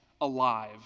alive